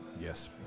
Yes